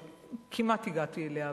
שכמעט הגעתי אליה,